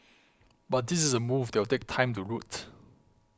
but this is a move that will take time to root